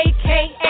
AKA